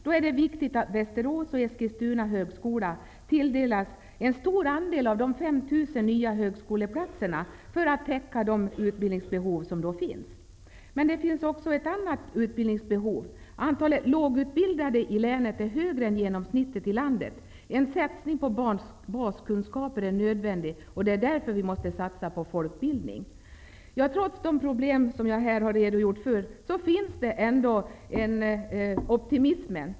Det är då viktigt att högskolan i Västerås-- Eskilstuna tilldelas en stor andel av de 5 000 nya högskoleplatserna för att täcka de utbildningsbehov som finns. Men det finns också ett annat utbildningsbehov. Antalet lågutbildade i länet är högre än genomsnittet i landet. En satsning på baskunskaper är nödvändig. Vi måste därför satsa på folkbildning. Trots de problemen som jag här redogjort för finns ändå en optimism.